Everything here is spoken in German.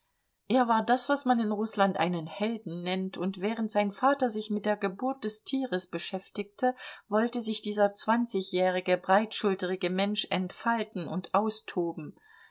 er war das was man in rußland einen helden nennt und während sein vater sich mit der geburt des tieres beschäftigte wollte sich dieser zwanzigjährige breitschulterige mensch entfalten und austoben